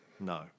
No